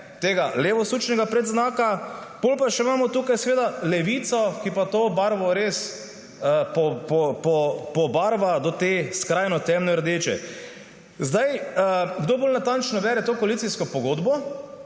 tega levosučnega predznaka, potem pa še imamo tukaj seveda Levico, ki pa to barvo res pobarva do te skrajno temno rdeče. Kdor bolj natančno bere to koalicijsko pogodbo,